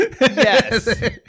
Yes